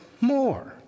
more